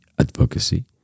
advocacy